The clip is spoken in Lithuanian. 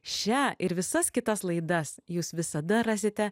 šią ir visas kitas laidas jūs visada rasite